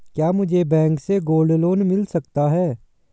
क्या मुझे बैंक से गोल्ड लोंन मिल सकता है?